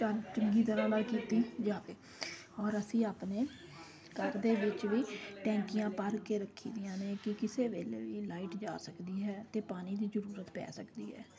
ਚਾ ਚੰਗੀ ਤਰ੍ਹਾਂ ਨਾਲ ਕੀਤੀ ਜਾਵੇ ਔਰ ਅਸੀਂ ਆਪਣੇ ਘਰ ਦੇ ਵਿੱਚ ਵੀ ਟੈਂਕੀਆਂ ਭਰ ਕੇ ਰੱਖੀਦੀਆਂ ਨੇ ਕਿ ਕਿਸੇ ਵੇਲੇ ਵੀ ਲਾਈਟ ਜਾ ਸਕਦੀ ਹੈ ਅਤੇ ਪਾਣੀ ਦੀ ਜ਼ਰੂਰਤ ਪੈ ਸਕਦੀ ਹੈ